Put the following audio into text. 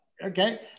Okay